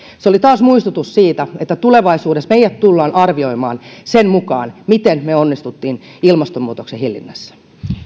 se oli taas muistutus siitä että tulevaisuudessa meidät tullaan arvioimaan sen mukaan miten me onnistuimme ilmastonmuutoksen hillinnässä